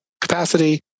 capacity